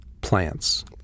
Plants